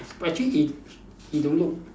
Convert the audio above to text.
but actually he he don't look